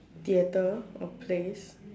theatre or plays